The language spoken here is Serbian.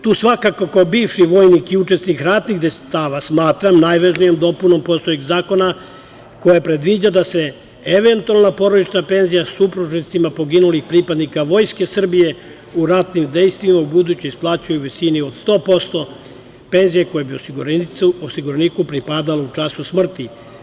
Tu svakako kao bivši vojnik i učesnik ratnih dejstava smatram najvažnijom dopunom postojećeg zakona koji predviđa da se eventualna porodična penzija supružnicima poginulih pripadnika Vojske Srbije u ratnim dejstvima ubuduće isplaćuje u visini od 100% penzije koja bi osiguraniku pripadala u času smrti.